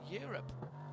Europe